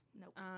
Nope